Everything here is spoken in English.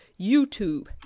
youtube